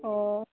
অঁ